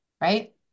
right